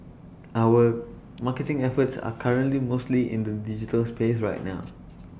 our marketing efforts are currently mostly in the digital space right now